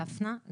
דפנה,